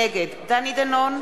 נגד דני דנון,